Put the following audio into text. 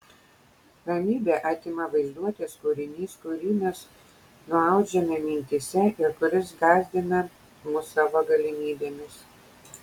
ramybę atima vaizduotės kūrinys kurį mes nuaudžiame mintyse ir kuris gąsdina mus savo galimybėmis